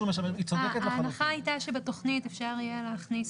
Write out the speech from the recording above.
ההנחה הייתה שבתוכנית אפשר יהיה להכניס